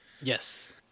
Yes